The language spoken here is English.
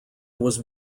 was